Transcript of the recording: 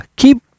keep